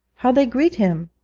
how they greet him!